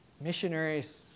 missionaries